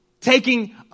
taking